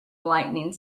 lightening